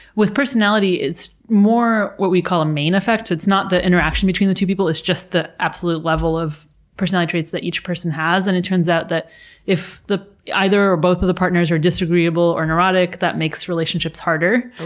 with personality, it's more what we call a main affect, so it's not the interaction between the two people, it's just the absolute level of personality traits that each person has. and it turns out that if either or both of the partners are disagreeable or neurotic, that makes relationships harder.